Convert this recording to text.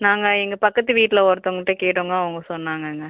நாங்கள் எங்கள் பக்கத்து வீட்டில் ஒருத்தவங்ககிட்ட கேட்டோங்க அவங்க சொன்னாங்கங்க